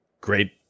Great